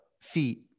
feet